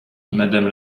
madame